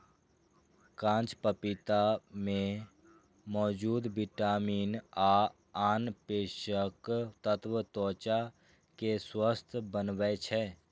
कांच पपीता मे मौजूद विटामिन आ आन पोषक तत्व त्वचा कें स्वस्थ बनबै छै